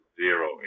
zero